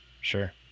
Sure